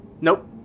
Nope